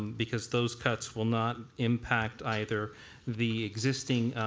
because those cuts will not impact either the existing